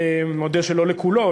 מודה שלא לכולו,